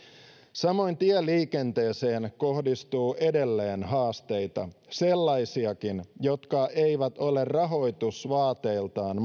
samoin tieliikenteeseen kohdistuu edelleen haasteita sellaisiakin jotka eivät ole rahoitusvaateiltaan